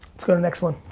let's go to the next one.